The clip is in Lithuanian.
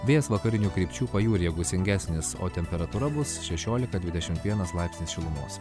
vėjas vakarinių krypčių pajūryje gūsingesnis o temperatūra bus šešiolika dvidešimt vienas laipsnis šilumos